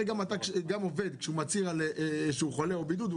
הרי גם כשעובד מצהיר שהוא חולה או בבידוד,